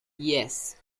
yes